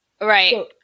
Right